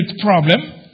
problem